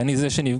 כי אני זה שנפגש,